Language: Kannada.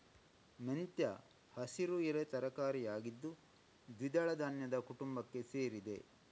ಮೆಂತ್ಯ ಹಸಿರು ಎಲೆ ತರಕಾರಿ ಆಗಿದ್ದು ದ್ವಿದಳ ಧಾನ್ಯದ ಕುಟುಂಬಕ್ಕೆ ಸೇರಿದೆ